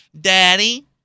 Daddy